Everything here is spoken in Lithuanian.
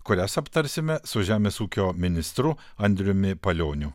kurias aptarsime su žemės ūkio ministru andriumi palioniu